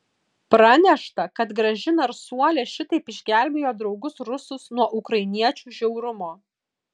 pranešta kad graži narsuolė šitaip išgelbėjo draugus rusus nuo ukrainiečių žiaurumo